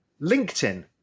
LinkedIn